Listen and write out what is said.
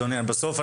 לעבור.